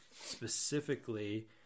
specifically